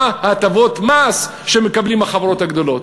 מה הטבות המס שמקבלות החברות הגדולות.